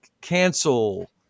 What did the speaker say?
cancel